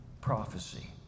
prophecy